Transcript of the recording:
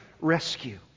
rescue